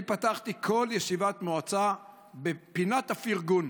אני פתחתי כל ישיבת מועצה בפינת הפרגון.